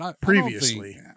previously